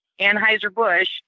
Anheuser-Busch